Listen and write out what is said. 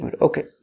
Okay